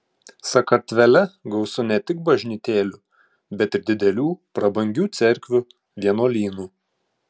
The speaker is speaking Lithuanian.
sakartvele gausu ne tik bažnytėlių bet ir didelių prabangių cerkvių vienuolynų